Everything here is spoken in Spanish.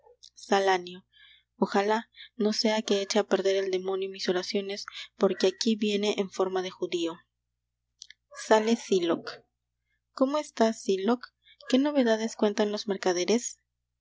salanio ojalá no sea que eche á perder el demonio mis oraciones porque aquí viene en forma de judío sale sylock cómo estás sylock qué novedades cuentan los mercaderes